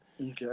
Okay